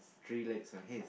three legs on him